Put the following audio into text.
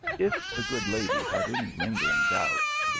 if the good lady had any lingering doubts,